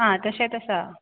आं तशेंच आसा